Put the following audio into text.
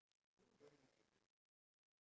the products that we are selling